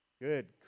good